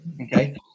okay